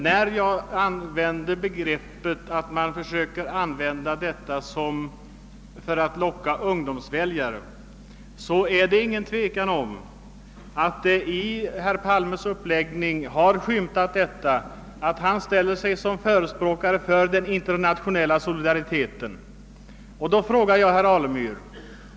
När jag antydde att man försöker använda denna situation för att locka ungdomsväljare, berodde det på att herr Palme utan tvivel lade upp sitt anförande så, att han skulle framstå främst som förespråkare för de demokratiska frihetsidealen och för den internationella solidariteten.